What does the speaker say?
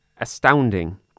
astounding